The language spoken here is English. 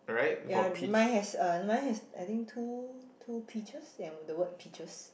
ya mine has uh mine has I think two two peaches and the word peaches